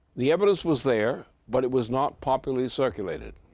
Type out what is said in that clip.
the evidence was there, but it was not popularly circulated.